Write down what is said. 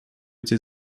эти